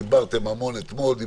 דיברתם המון אתמול.